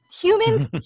humans